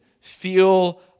feel